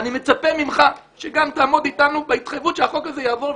אני מצפה ממך שגם תעמוד אתנו בהתחייבות שהחוק הזה יעבור.